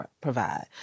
provide